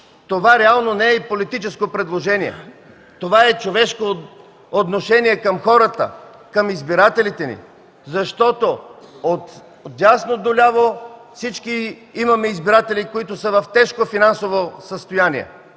това реално не е и политическо предложение, това е човешко отношение към хората, към избирателите ни, защото от дясно до ляво всички имаме избиратели, които са в тежко финансово състояние,